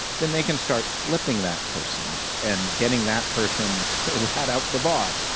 then they can start flipping that person and getting that person to rat out the boss,